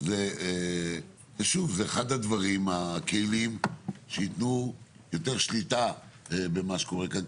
זה אחד הכלים שייתנו יותר שליטה במה שקורה כאן.